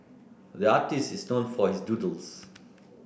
the artist is known for his doodles